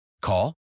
Call